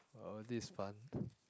oh this fun